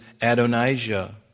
Adonijah